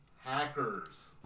hackers